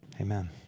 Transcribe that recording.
Amen